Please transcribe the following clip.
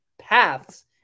paths